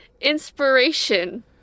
inspiration